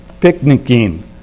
Picnicking